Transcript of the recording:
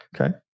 Okay